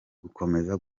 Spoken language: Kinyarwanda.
gukomeza